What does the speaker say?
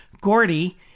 Gordy